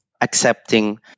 accepting